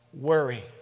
worry